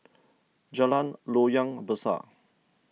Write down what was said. Jalan Loyang Besar